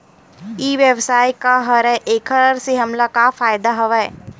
ई व्यवसाय का हरय एखर से हमला का फ़ायदा हवय?